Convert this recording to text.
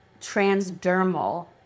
transdermal